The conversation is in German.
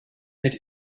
mit